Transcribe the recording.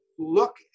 look